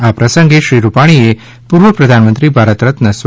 આ પ્રસંગે શ્રી રૂપાણીએ પૂર્વ પ્રધાનમંત્રી ભારતરત્ન સ્વ